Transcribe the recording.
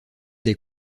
des